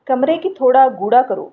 कमरे गी थोह्ड़ा गूह्ड़ा करो